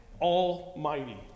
almighty